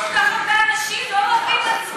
יש כל כך הרבה אנשים, לא, את זמנו.